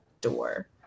door